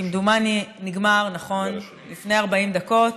כמדומני הוא נגמר לפני 40 דקות,